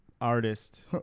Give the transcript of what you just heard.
artist